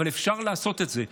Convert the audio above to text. אבל אפשר לעשות את זה.